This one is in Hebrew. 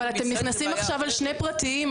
אבל אתם נכנסים עכשיו על שני פרטיים.